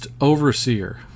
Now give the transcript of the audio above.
overseer